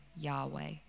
Yahweh